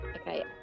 okay